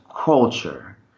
culture